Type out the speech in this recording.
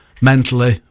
mentally